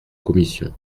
commission